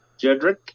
Jedrick